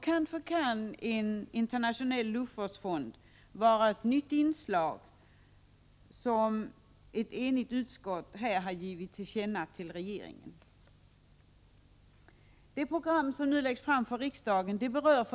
Kanske kan en internationell luftvårdsfond — som ett enigt utskott vänt sig till regeringen om — vara ett nytt positivt inslag.